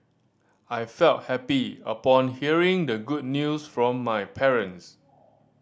I felt happy upon hearing the good news from my parents